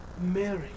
Mary